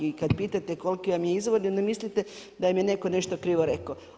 I kad pitate koliki vam je izvor, onda mislite da im je netko nešto krivo rekao.